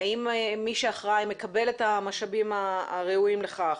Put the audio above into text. האם מי שאחראי מקבל את המשאבים הראויים לכך?